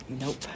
Nope